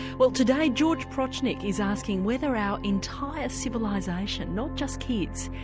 well today george prochnick is asking whether our entire civilisation, not just kids,